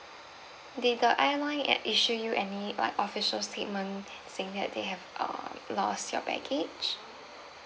did the airline like issue you any like official statement saying that they have err lost your baggage